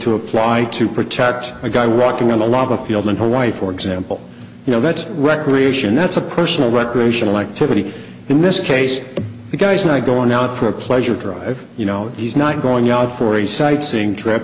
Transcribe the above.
to apply to protect a guy walking on the lava field in hawaii for example you know that's recreation that's a personal recreational activity in this case the guy's not going out for a pleasure drive you know he's not going yard for a sightseeing trip